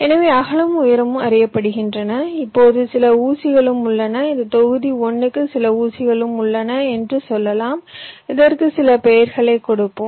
எனவே அகலமும் உயரமும் அறியப்படுகின்றன இப்போது சில ஊசிகளும் உள்ளன இந்த தொகுதி 1 க்கு சில ஊசிகளும் உள்ளன என்று சொல்லலாம் இதற்கு சில பெயர்களைக் கொடுப்போம்